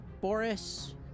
Boris